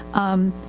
um,